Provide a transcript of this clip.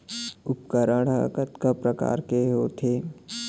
उपकरण हा कतका प्रकार के होथे?